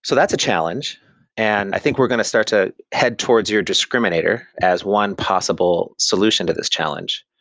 so that's a challenge and i think we're going to start to head towards your discriminator as one possible solution to this challenge,